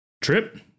Trip